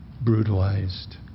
brutalized